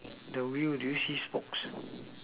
the wheel do you see smokes